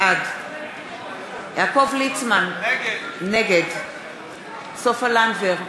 בעד יעקב ליצמן, נגד סופה לנדבר,